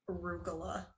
Arugula